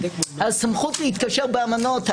הסמכות להתקשר באמנות,